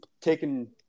taking